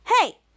hey